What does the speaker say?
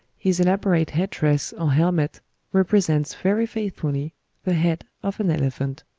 his elaborate head-dress or helmet represents very faithfully the head of an elephant.